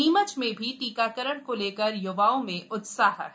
नीमच में भी टीकाकरण को लेकर य्वाओं में उत्साह है